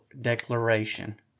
Declaration